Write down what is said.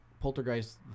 Poltergeist